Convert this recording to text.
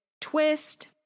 twist